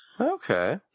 Okay